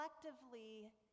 collectively